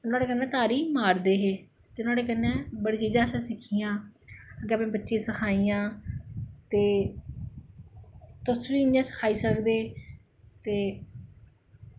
नोहाड़े कन्नै तारी मारदे हे ते नोहाड़े कन्नै बाकी चीजां असैं सिक्खियां अग्गैं में बच्चें गी सखाइयां ते तुस बी इ'यां सखाई सकदे ते